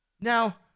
Now